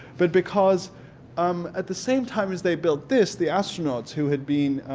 but because um at the same time as they built this the astronauts who had been,